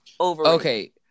Okay